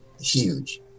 huge